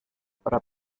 para